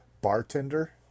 bartender